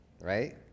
right